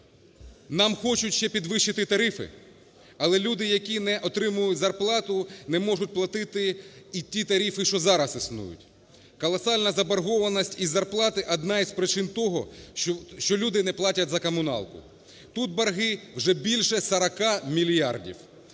Нам хочуть ще підвищити тарифи? Але люди, які не отримують зарплату, не можуть платити і ті тарифи, що зараз існують. Колосальна заборгованість із зарплати – одна із причин того, що люди не платять за комуналку, тут борги вже більше 40 мільярдів.